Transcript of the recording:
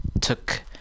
took